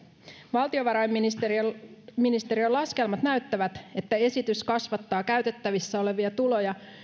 valtiovarainministeriön laskelmat näyttävät että esitys kasvattaa käytettävissä olevia tuloja